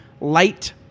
light